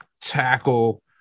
tackle